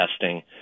testing